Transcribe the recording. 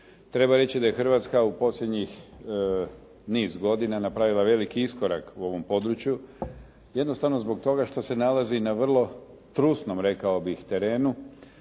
Treba reći da je Hrvatska u posljednjih niz godina napravila veliki iskorak u ovom području, jednostavno zbog toga što se nalazi na vrlo trusnom, rekao bih terenu,